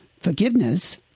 Forgiveness